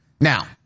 Now